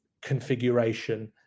configuration